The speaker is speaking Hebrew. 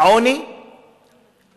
העוני הוא הסימפטום,